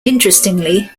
interestingly